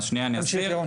אז שניה אני אסביר.